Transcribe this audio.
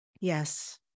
Yes